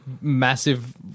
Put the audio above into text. massive